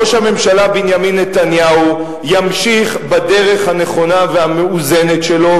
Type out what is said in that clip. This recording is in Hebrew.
ראש הממשלה בנימין נתניהו ימשיך בדרך הנכונה והמאוזנת שלו,